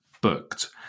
booked